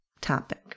topic